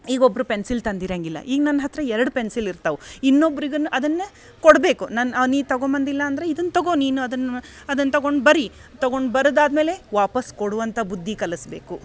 ಈಗ್ ಒಬ್ರು ಪೆನ್ಸಿಲ್ ತಂದಿರಂಗಿಲ್ಲ ಈಗ ನನ್ನ ಹತ್ತಿರ ಎರಡು ಪೆನ್ಸಿಲ್ ಇರ್ತಾವು ಇನ್ನೊಬ್ರಿಗೆ ಅದನ್ನು ಕೊಡಬೇಕು ನನ್ನ ನೀ ತಗೊಂಬಂದಿಲ್ಲ ಅಂದರೆ ಇದನ್ನ ತಗೋ ನೀನು ಅದನ್ನ ತಗೊಂಡ್ ಬರಿ ತಗೊಂಡು ಬರದಾದ್ಮೇಲೆ ವಾಪಸ್ ಕೊಡುವಂಥ ಬುದ್ಧಿ ಕಲಿಸ್ಬೇಕು